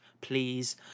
please